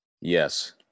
Yes